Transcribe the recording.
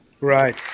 Right